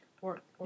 work